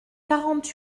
quarante